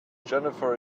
jennifer